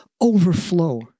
overflow